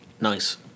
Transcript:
nice